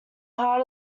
part